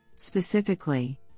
Specifically